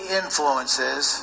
influences